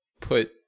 put